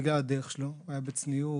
בגלל הדרך שלו הוא היה בצניעות,